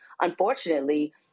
unfortunately